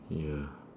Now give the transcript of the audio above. ya